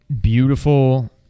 beautiful